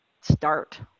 start